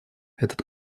этот